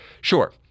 sure